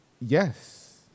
Yes